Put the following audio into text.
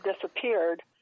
disappeared